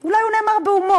אולי הוא נאמר בהומור,